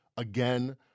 Again